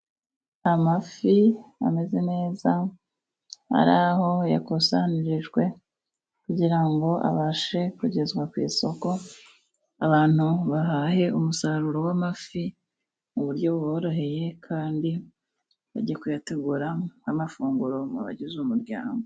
Amafi ameze neza ari aho yakusanirijwe, kugira ngo abashe kugezwa ku isoko, abantu bahahe umusaruro w'amafi mu buryo buboroheye, kandi bajye kuyategura nk' amafunguro mu bagize umuryango.